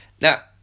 Now